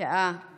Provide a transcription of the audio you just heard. בשעה